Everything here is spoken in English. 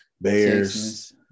Bears